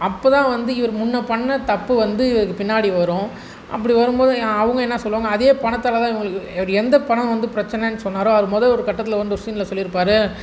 அப்போ தான் வந்து இவர் முன்னே பண்ணிண தப்பு வந்து இது பின்னாடி வரும் அப்படி வரும் போது அவங்க என்ன சொல்லுவாங்க அதே பணத்தால் தான் இவர்களுக்கு ஒரு எந்த பணம் வந்து பிரச்சனைன்னு சொன்னாரோ அது மொதல் ஒரு கட்டத்தில் வந்து ஒரு சீனில் சொல்லியிருப்பாரு